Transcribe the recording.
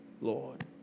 Lord